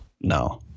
No